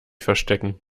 verstecken